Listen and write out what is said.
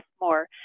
more